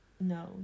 No